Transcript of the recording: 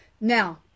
now